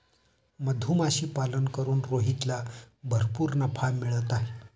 मधमाशीपालन करून रोहितला भरपूर नफा मिळत आहे